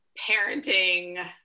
parenting